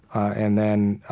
and then, ah,